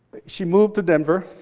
she moved to denver.